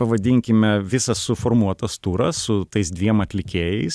pavadinkime visas suformuotas turas su tais dviem atlikėjais